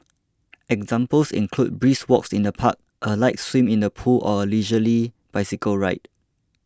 examples include brisk walks in the park a light swim in the pool or a leisurely bicycle ride